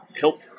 Help